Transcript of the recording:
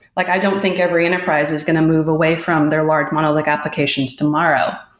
like i don't think every enterprise is going to move away from their large monolithic applications tomorrow,